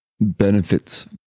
benefits